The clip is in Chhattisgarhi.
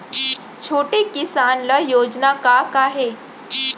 छोटे किसान ल योजना का का हे?